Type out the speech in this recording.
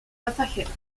pasajeros